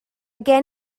gen